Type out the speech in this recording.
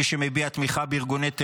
מי שמביע תמיכה בארגוני טרור,